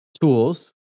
tools